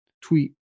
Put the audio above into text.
tweet